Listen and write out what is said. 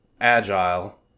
agile